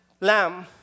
lamb